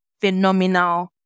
phenomenal